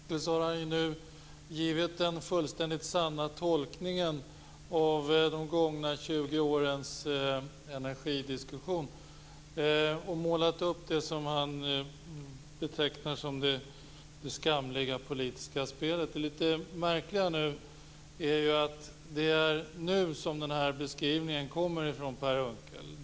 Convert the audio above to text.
Herr talman! Med den ödmjukhet som ibland präglar Per Unckel har han nu givit den fullständigt sanna tolkningen av de gångna 20 årens energidiskussion och målat upp det som han betecknar som det skamliga politiska spelet. Det som är litet märkligt är beskrivningen kommer först nu från Per Unckel.